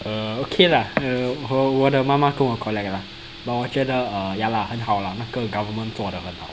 err okay lah err 我的妈妈跟我 collect lah but 我觉得 err ya lah 很好啦那个 government 做得很好